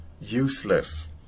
Useless